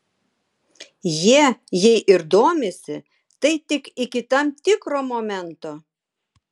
jie jei ir domisi tai tik iki tam tikro momento